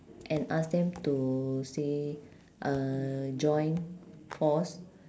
and ask them to say uh join force